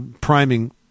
priming